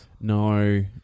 No